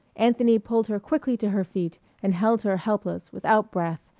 anthony pulled her quickly to her feet and held her helpless, without breath,